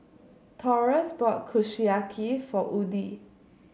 Taurus bought Kushiyaki for Woodie